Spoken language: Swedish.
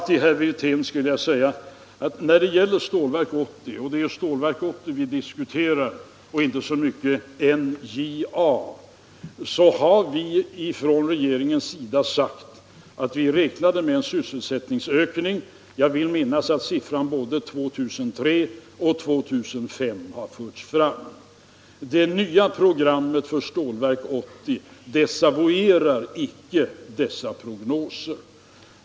Till herr Wirtén vill jag säga att vi när det gäller Stålverk 80 — och det är ju det vi diskuterar och inte så mycket NJA — från regeringen har sagt att vi räknat med en sysselsättningsökning. Jag vill minnas att både siffrorna 2 300 och 2 500 har förts fram. Det nya programmet för Stålverk 80 desavuerar icke dessa prognoser.